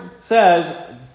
says